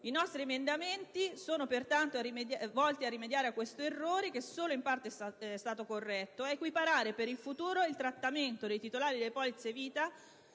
I nostri emendamenti sono pertanto volti a rimediare a questo errore, che solo in parte è stato corretto, e ad equiparare per il futuro il trattamento dei titolari delle polizze vita